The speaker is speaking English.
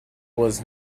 was